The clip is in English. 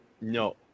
No